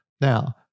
Now